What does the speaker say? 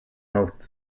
note